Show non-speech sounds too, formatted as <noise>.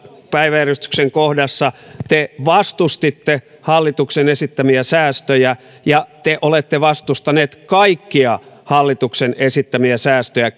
päiväjärjestyksen kohdassa te vastustitte hallituksen esittämiä säästöjä ja te olette vastustaneet kaikkia hallituksen esittämiä säästöjä <unintelligible>